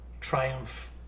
triumph